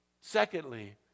Secondly